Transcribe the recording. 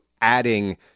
adding